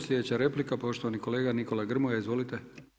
Slijedeća replika poštovani kolega Nikola Grmoja, izvolite.